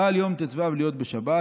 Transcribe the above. חל יום ט"ו להיות בשבת,